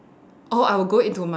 oh I will go into my